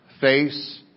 face